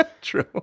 True